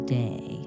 day